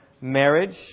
marriage